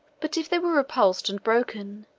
but if they were repulsed and broken,